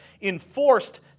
enforced